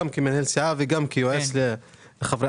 גם כמנהל סיעה וגם כיועץ לחברי כנסת.